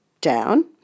down